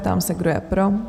Ptám se, kdo je pro?